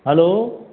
hello